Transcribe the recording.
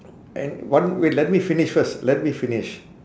and one wait let me finish first let me finish